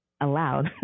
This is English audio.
aloud